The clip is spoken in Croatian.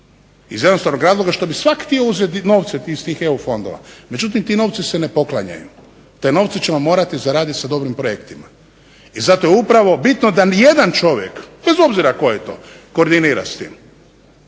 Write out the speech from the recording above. iz jednostavnog razloga što bi svak htio uzeti novce iz tih EU fondova. Međutim ti novci se ne poklanjaju, te novce ćemo morati zaradit sa dobrim projektima. I zato je upravo bitno da nijedan čovjek, bez obzira tko je to, koordinira s tim